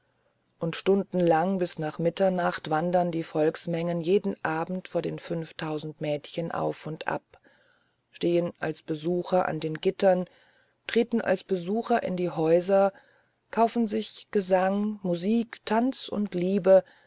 und stundenlang bis nach mitternacht wandern die volksmengen jeden abend vor den fünftausend mädchen auf und ab stehen als besucher an den gittern treten als besucher in die häuser kaufen sich gesang musik tanz und liebe